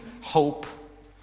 hope